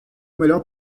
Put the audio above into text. melhor